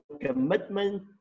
commitment